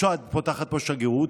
צ'אד פותחת פה שגרירות,